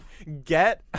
Get